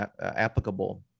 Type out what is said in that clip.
applicable